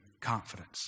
confidence